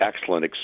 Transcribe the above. excellent